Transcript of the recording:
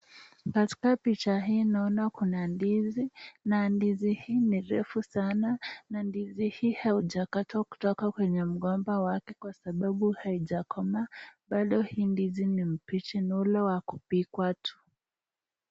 Katika picha hii naona kuna ndizi, na ndizi hii ni refu sana na ndizi hii haujakatwa kutoka kwenye mgomba wake kwasababu haijakomaa bado hii ndizi ni mbichi ni ule wa kupikwa tu.